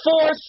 Fourth